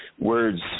words